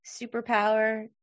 superpower